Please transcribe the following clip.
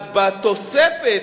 אז בתוספת,